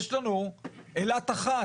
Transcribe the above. יש לנו אילת אחת,